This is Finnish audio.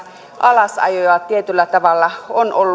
alasajoa on ollut tietyllä tavalla